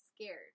scared